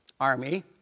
army